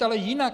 Ale jinak.